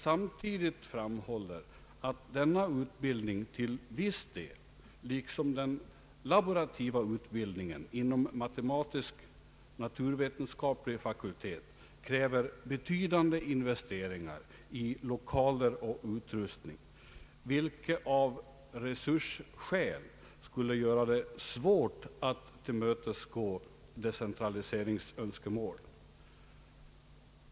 Samtidigt framhåller man att denna utbildning till viss del, liksom den laborativa utbildningen inom matematisk naturvetenskaplig «fakultet, kräver betydande investeringar i lokaler och utrustning, vilket av resursskäl skulle göra det svårt att tillmötesgå decentraliseringsönskemål.